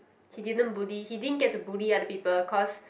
he didn't bully he didn't get to bully other people cause